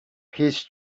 his